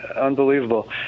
unbelievable